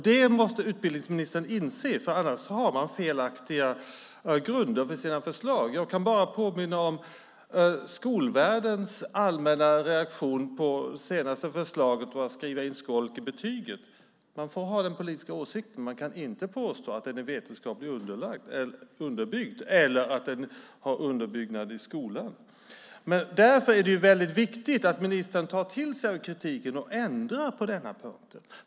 Det måste utbildningsministern inse, annars har man felaktiga grunder för sina förslag. Jag kan påminna om skolvärldens allmänna reaktion på förslaget att skriva in skolk i betyget. Man får ha den politiska åsikten, men man kan inte påstå att den är vetenskapligt underbyggd eller att den har stöd i skolan. Det är viktigt att ministern tar till sig av kritiken och ändrar sig på denna punkt.